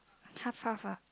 half half ah